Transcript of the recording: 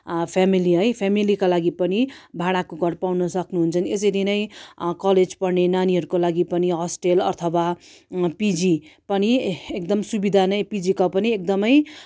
family है फ्यामिलीका लागि पनि भाडाको घर पाउनु सक्नु हुन्छ नि यसरी नै कलेज पढ्ने नानीहरूको लागि पनि हस्टेल अथवा पिजी पनि एकदम सुविधा नै पिजिको पनि एकदमै